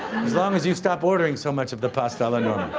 as long as you stop ordering so much of the pasta alla norma.